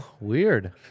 Weird